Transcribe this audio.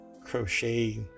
crochet